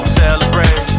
celebrate